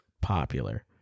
popular